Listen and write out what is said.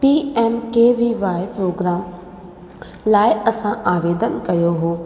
P M K V Y programme लाइ असां आवेदन कयो हुओ